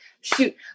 shoot